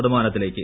ശതമാനത്തിലേയ്ക്ക്